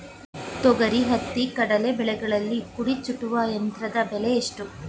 ತೊಗರಿ, ಹತ್ತಿ, ಕಡಲೆ ಬೆಳೆಗಳಲ್ಲಿ ಕುಡಿ ಚೂಟುವ ಯಂತ್ರದ ಬೆಲೆ ಎಷ್ಟು?